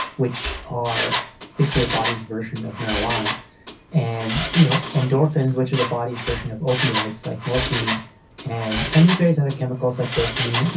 which are basically the body's version of marijuana and you know endorphins, which are the body's version of opioids like morphine and and there's various other chemicals like dopamine.